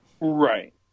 Right